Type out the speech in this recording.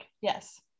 yes